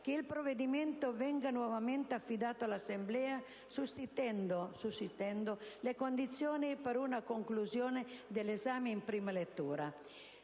«che il provvedimento venga nuovamente affidato all'Assemblea, sussistendo le condizioni per una conclusione dell'esame in prima lettura».